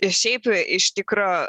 šeip iš tikro